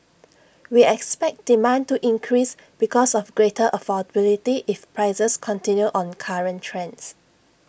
we expect demand to increase because of greater affordability if prices continue on current trends